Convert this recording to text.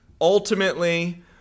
Ultimately